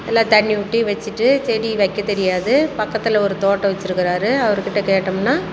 எல்லாம் தண்ணி ஊற்றி வச்சிவிட்டு செடி வைக்கத் தெரியாது பக்கத்தில் ஒரு தோட்டம் வச்சுருக்குறாரு அவருக்கிட்ட கேட்டோம்ன்னா